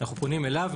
אנחנו פונים אליו,